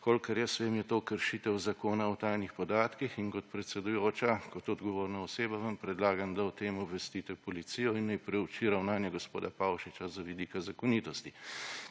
kolikor jaz vem, je to kršitev Zakona o tajnih podatkih, in kot predsedujoči, kot odgovorni osebi vam predlagam, da o tem obvestite policijo in naj prouči ravnanje gospoda Pavšiča z vidika zakonitosti.